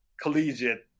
collegiate